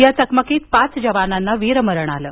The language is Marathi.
या चकमकीत पाच जवानांना वीरमरण आलं